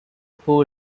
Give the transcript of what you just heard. pool